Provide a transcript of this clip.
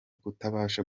kutabasha